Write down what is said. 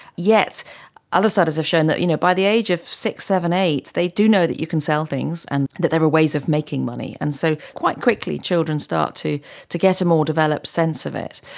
yet other studies have shown that you know by the age of six, seven, eight they do know that you can sell things and that there are ways of making money. and so quite quickly children start to to get a more developed sense of it.